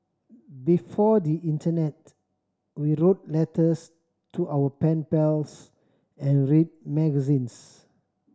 before the internet we wrote letters to our pen pals and read magazines